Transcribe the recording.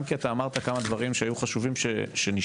גם כי אמרת כמה דברים שהיו חשובים שנשמעו,